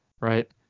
right